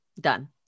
Done